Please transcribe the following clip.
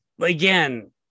again